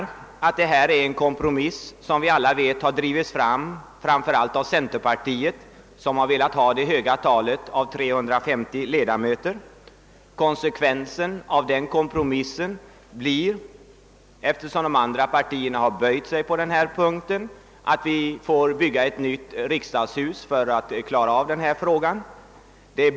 Detta förslag är en kompromiss vilken — som vi alla vet — drivits fram främst av centerpartiet, som velat ha ett så stort antal ledamöter som 350. Konsekvensen av kompromissen blir, eftersom de andra partierna böjt sig för centerpartiet på denna punkt, att vi får bygga ett nytt riksdagshus för att kunna hysa församlingen.